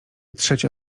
trzecia